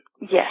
Yes